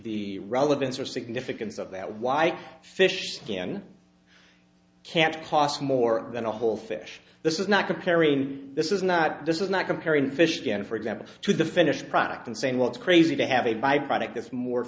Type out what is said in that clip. relevance or significance of that why fish can can't cost more than a whole fish this is not comparing this is not this is not comparing fish than for example to the finished product and saying well it's crazy to have a byproduct